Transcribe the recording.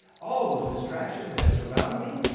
all those distractions that surround me?